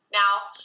now